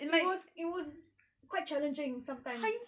it was it was quite challenging sometimes